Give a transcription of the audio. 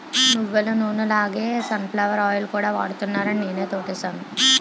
నువ్వులనూనె లాగే sunflower oil కూడా వాడుతున్నారాని నేనా తోటేసాను